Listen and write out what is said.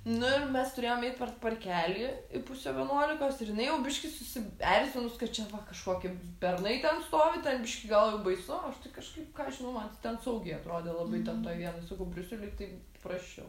nu ir mes turėjom eit per parkelį pusę vienuolikos ir jinai jau biškį susierzinus kad čia kažkoki bernai ten stovi ten biškį gal jau baisu aš tai kažkaip ką aš žinau man tai ten saugiai atrodė labai ten toj vienoj sakau briusely tai prasčiau